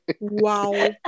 Wow